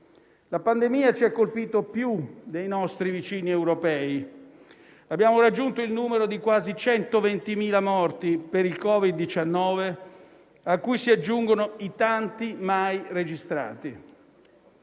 La pandemia ci ha colpito più dei nostri vicini europei: abbiamo raggiunto il numero di quasi 120.000 morti per il Covid-19, a cui si aggiungono i tanti mai registrati;